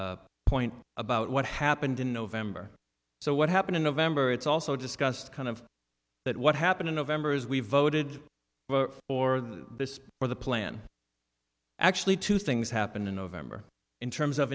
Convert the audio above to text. s point about what happened in november so what happened in november it's also discussed kind of that what happened in november is we voted for this or the plan actually two things happened in november in terms of